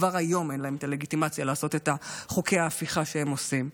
כבר היום אין להם את הלגיטימציה לעשות את חוקי ההפיכה שהם עושים.